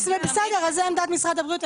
בסדר, זו עמדת משרד הבריאות.